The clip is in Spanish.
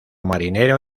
marinero